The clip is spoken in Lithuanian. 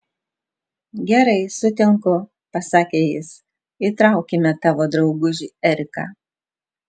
gerai sutinku pasakė jis įtraukime tavo draugužį eriką